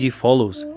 follows